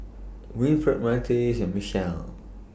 Winfred Myrtis and Michelle